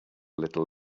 little